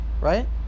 right